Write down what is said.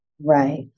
Right